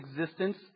existence